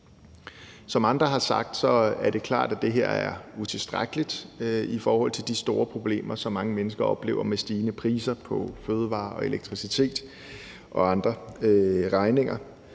Som andre har sagt, er det klart, at det her er utilstrækkeligt i forhold til de store problemer, som mange mennesker oplever, med stigende priser på fødevarer og elektricitet og andre regninger.